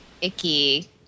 icky